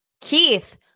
Keith